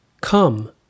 Come